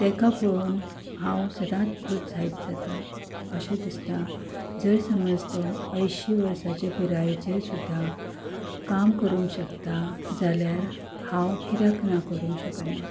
ताका पळोवन हांव सदांच प्रोत्साहीत जातां अशें दिसता जर समज तो अंयशी वर्सांचे पिरायेचेर सुद्दां काम करूंक शकता जाल्यार हांव कित्याक ना करूंक शकना